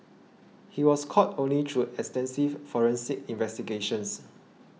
he was caught only through extensive forensic investigations